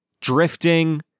drifting